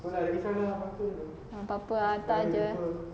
ah apa-apa hantar jer eh